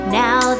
now